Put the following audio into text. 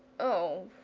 oh,